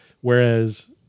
Whereas